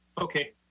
Okay